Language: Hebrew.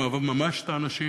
הוא אהב ממש את האנשים